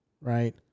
right